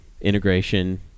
integration